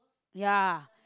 ya